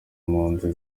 impunzi